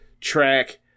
track